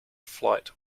flight